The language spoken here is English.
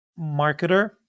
marketer